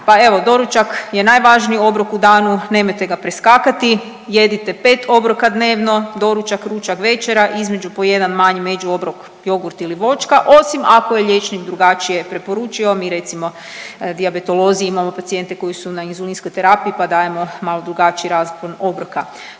pa evo doručak je najvažniji obrok u danu nemojte ga preskakati, jedite pet obroka dnevno, doručak, ručak, večera i između po jedan manji međuobrok jogurt ili voćka, osim ako je liječnik drugačije preporučio. Mi recimo dijabetolozi imamo pacijente koji su na inzulinskoj terapiji pa dajemo malo drugačiji raspon obroka.